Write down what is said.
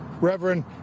Reverend